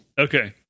Okay